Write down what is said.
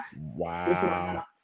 Wow